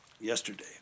yesterday